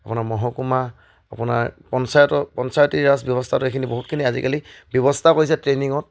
আপোনাৰ মহকুমা আপোনাৰ পঞ্চায়ত পঞ্চায়তী ৰাজ ব্যৱস্থাটো এইখিনি বহুতখিনি আজিকালি ব্যৱস্থা কৰিছে ট্ৰেইনিঙত